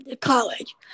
college